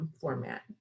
format